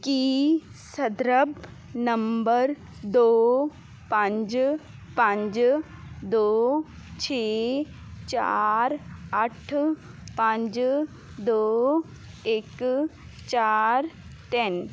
ਕੀ ਸੰਦਰਭ ਨੰਬਰ ਦੋ ਪੰਜ ਪੰਜ ਦੋ ਛੇ ਚਾਰ ਅੱਠ ਪੰਜ ਦੋ ਇਕ ਚਾਰ ਤਿੰਨ